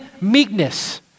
meekness